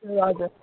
हजुर हजुर